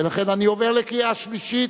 ולכן אני עובר לקריאה שלישית.